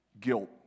guilt